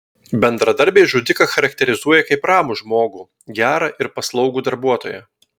bendradarbiai žudiką charakterizuoja kaip ramų žmogų gerą ir paslaugų darbuotoją